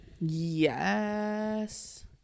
yes